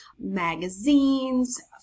magazines